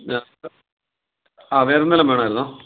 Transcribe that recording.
ആ വേറെ എന്തേലും വേണമായിരുന്നോ